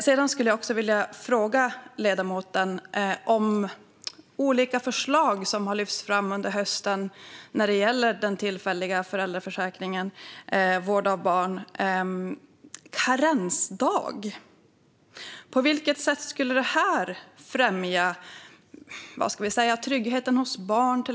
Jag skulle också vilja fråga ledamoten om olika förslag som har lyfts fram under hösten när det gäller den tillfälliga föräldraförsäkringen, alltså vård av barn. Man vill införa en karensdag. På vilket sätt skulle det främja tryggheten hos barnen?